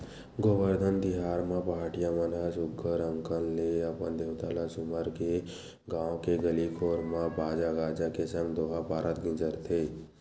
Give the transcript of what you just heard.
गोबरधन तिहार म पहाटिया मन ह सुग्घर अंकन ले अपन देवता ल सुमर के गाँव के गली घोर म बाजा गाजा के संग दोहा पारत गिंजरथे